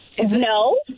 No